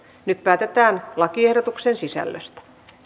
nyt päätetään lakiehdotuksen sisällöstä